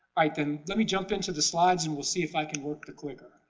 right then, let me jump into the slides and we'll see if i can work the clicker.